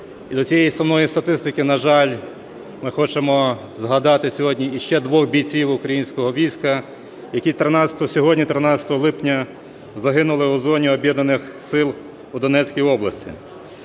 до цієї сумної статистики, на жаль, ми хочемо згадати сьогодні ще двох бійців українського війська, які сьогодні 13 липня загинули у зоні Об'єднаних сил у Донецькій області.